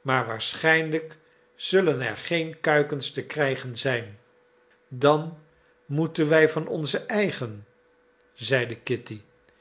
maar waarschijnlijk zullen er geen kuikens te krijgen zijn dan moeten wij van ons eigen zeide kitty